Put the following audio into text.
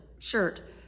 shirt